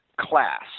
class